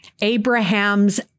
Abraham's